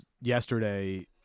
yesterday